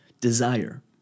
desire